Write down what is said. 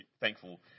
thankful